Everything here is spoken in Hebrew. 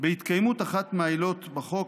בהתקיימות אחת מהעילות בחוק,